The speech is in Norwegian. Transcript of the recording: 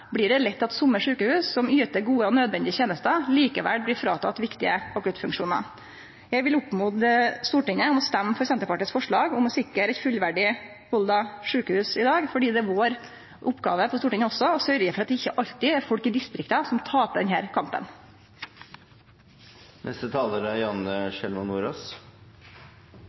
blir det lett til at somme sjukehus som yter gode og nødvendige tenester, likevel blir fråtekne viktige akuttfunksjonar. Eg vil oppmode Stortinget om å stemme for Senterpartiets forslag om å sikre eit fullverdig Volda sjukehus i dag, fordi det er vår oppgåve på Stortinget også å sørgje for at det ikkje alltid er folk i distrikta som tapar denne kampen. I dag skal vi vedta Nasjonal helse- og sykehusplan. Det er